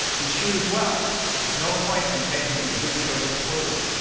and choose well there's no point in making a good choice poorly.